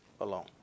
alone